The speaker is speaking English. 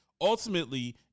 Ultimately